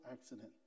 accident